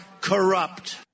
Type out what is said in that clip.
corrupt